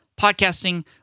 Podcasting